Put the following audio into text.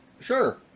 sure